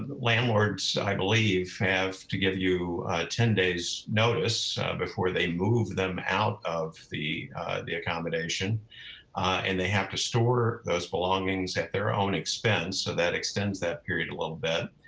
landlords i believe, have to give you a ten days notice before they move them out of the the accommodation and they have to store those belongings at their own expense. so that extends that period a little bit.